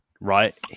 right